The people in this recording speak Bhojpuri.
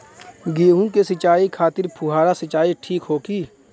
गेहूँ के सिंचाई खातिर फुहारा सिंचाई ठीक होखि?